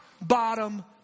bottom